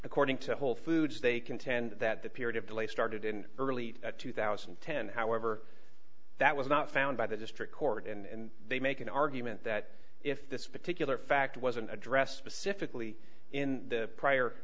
according to whole foods they contend that the period of delay started in early two thousand and ten however that was not found by the district court and they make an argument that if this particular fact wasn't addressed specifically in the prior